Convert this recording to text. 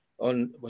on